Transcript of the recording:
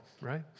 right